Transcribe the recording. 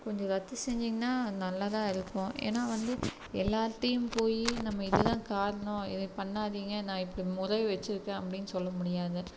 கொஞ்சம் ரத்து செஞ்சீங்கன்னா நல்லா தான் இருக்கும் ஏன்னா வந்து எல்லார்கிட்டேயும் போயி நம்ம இது தான் காரணம் இதை பண்ணாதீங்க நான் இப்படி முறை வச்சிருக்கேன் அப்படின்னு சொல்ல முடியாது